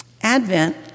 Advent